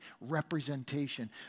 representation